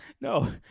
No